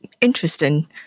Interesting